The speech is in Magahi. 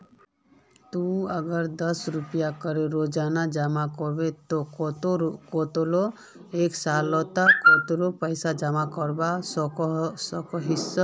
ती अगर दस रुपया करे रोजाना जमा करबो ते कतेक एक सालोत कतेला पैसा जमा करवा सकोहिस?